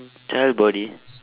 child body